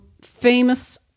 famous